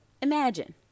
Imagine